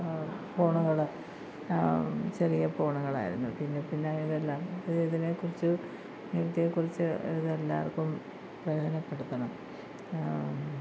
ഫോണുകൾ ചെറിയ ഫോണുകളായിരുന്നു പിന്നെ പിന്നെ ഇതെല്ലം ഇതിനെക്കുറിച്ച് ഇതിനെക്കുറിച്ച് ഇതെല്ലാവർക്കും പ്രയോജനപ്പെടുത്തണം